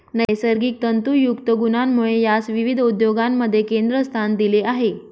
नैसर्गिक तंतुयुक्त गुणांमुळे यास विविध उद्योगांमध्ये केंद्रस्थान दिले आहे